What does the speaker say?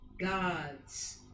God's